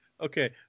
Okay